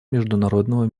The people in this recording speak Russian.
международного